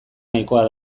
nahikoa